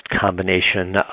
combination